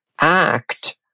act